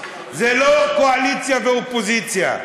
זה לא קואליציה ואופוזיציה.